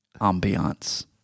ambiance